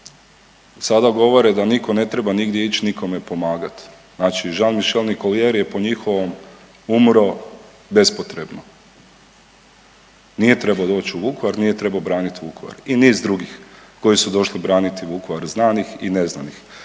sada govore da nitko ne treba nigdje ići nikome pomagati. Znači Jean-Michel Nicolier je po njihovom umro bespotrebno. Nije trebao doći u Vukovar, nije trebao braniti Vukovar i niz drugih koji su došli braniti Vukovar, znanih i neznanih.